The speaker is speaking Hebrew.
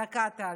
דקה, טלי.